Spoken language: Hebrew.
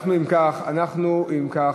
אם כך,